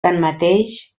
tanmateix